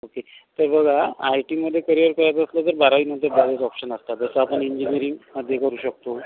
okay हे बघा आय टीमध्ये करिअर करायचं असलं तर बारावीनंतर बरेच ऑप्शन असतात जसं आपण इंजिनिअरिंगमध्ये करू शकतो